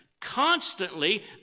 constantly